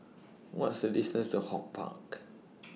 What IS The distance to Holt Park